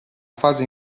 fase